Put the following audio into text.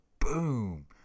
boom